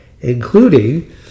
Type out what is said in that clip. including